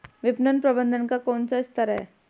विपणन प्रबंधन का कौन सा स्तर है?